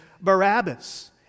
Barabbas